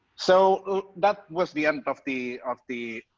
so that was the end of the of the